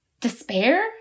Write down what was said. Despair